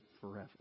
forever